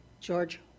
George